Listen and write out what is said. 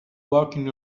working